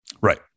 right